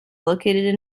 located